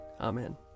Amen